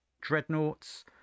Dreadnoughts